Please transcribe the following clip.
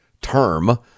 term